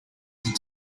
some